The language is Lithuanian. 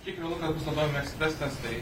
kiek realu kad bus naudojami ekspres testai